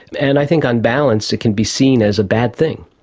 and i think on balance it can be seen as a bad thing.